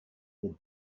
would